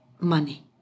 money